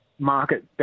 Market